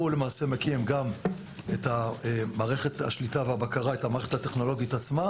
הוא גם מקים את המערכת הטכנולוגית עצמה